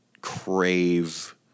crave